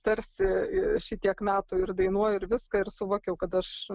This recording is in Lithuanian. tarsi šitiek metų ir dainuoju ir viską ir suvokiau kad aš